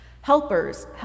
Helpers